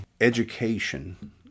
education